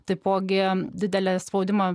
taipogi didelį spaudimą